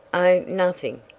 oh, nothing,